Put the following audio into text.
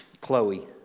Chloe